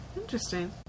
Interesting